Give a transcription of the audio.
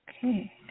Okay